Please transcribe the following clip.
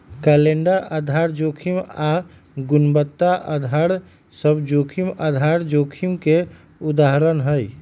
calendar आधार जोखिम आऽ गुणवत्ता अधार सभ जोखिम आधार जोखिम के उदाहरण हइ